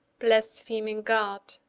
blaspheming god,